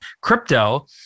crypto